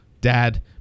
Dad